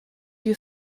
you